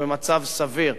במצב סביר,